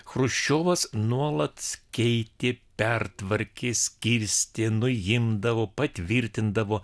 chruščiovas nuolat keitė pertvarkė skirstė nuimdavo patvirtindavo